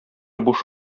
буш